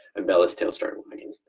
and bella's tail started wagging,